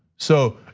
so,